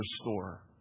restore